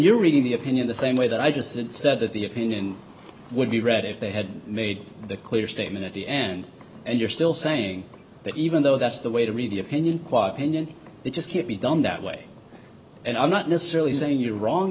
you're reading the opinion the same way that i just said that the opinion would be read if they had made that clear statement at the end and you're still saying that even though that's the way to read the opinion quaternion you just can't be done that way and i'm not necessarily saying you're wrong